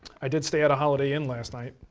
i did stay at a holiday inn last night.